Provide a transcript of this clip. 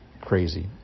Crazy